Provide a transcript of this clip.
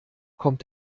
kommt